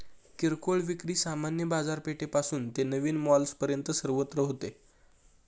किरकोळ विक्री सामान्य बाजारपेठेपासून ते नवीन मॉल्सपर्यंत सर्वत्र होते